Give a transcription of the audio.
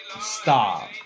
Stop